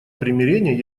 примирения